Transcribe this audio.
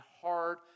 hard